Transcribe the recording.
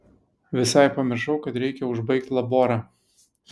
visai pamiršau kad reikia užbaigt laborą